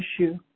issue